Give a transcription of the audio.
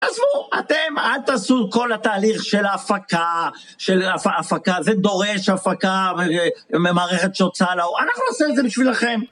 עזבו, אתם, אל תעשו כל התהליך של ההפקה, של ההפקה, זה דורש הפקה ממערכת של הוצאה לאור... אנחנו עושים את זה בשבילכם.